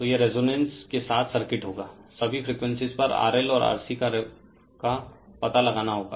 तो यह रेजोनेंस के साथ सर्किट होगा सभी फ्रीक्वेंसीज़ पर RL और RC का रेफेर टाइम 2017 पता लगाना होगा